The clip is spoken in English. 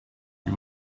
you